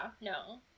no